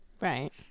Right